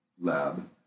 lab